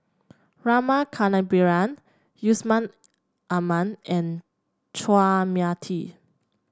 Rama Kannabiran Yusman Aman and Chua Mia Tee